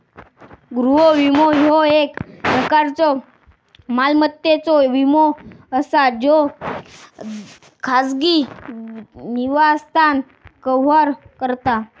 गृह विमो, ह्यो एक प्रकारचो मालमत्तेचो विमो असा ज्यो खाजगी निवासस्थान कव्हर करता